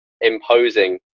imposing